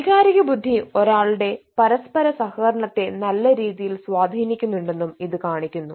വൈകാരിക ബുദ്ധി ഒരാളുടെ പരസ്പര സഹകരണത്തെ നല്ലരീതിയിൽ സ്വാധീനിക്കുന്നുവെന്നും ഇത് കാണിക്കുന്നു